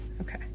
Okay